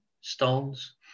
stones